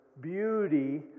beauty